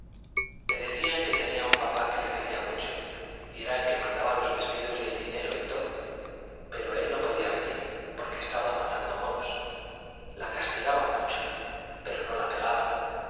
le decían que tenía un papá que la quería mucho y era el que mandaba los vestidos y el dinero y todo pero él no podía venir porque estaba matando moros la castigaban mucho pero no la pegaban